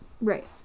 Right